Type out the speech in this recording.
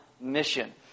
mission